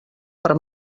per